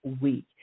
week